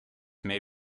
may